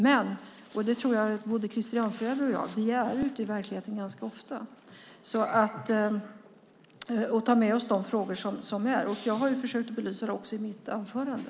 Men både Krister Örnfjäder och jag är ute i verkligheten ofta och vi tar med oss de frågor som finns. Jag har också försökt att belysa dem i mitt anförande.